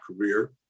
career